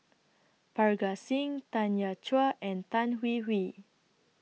Parga Singh Tanya Chua and Tan Hwee Hwee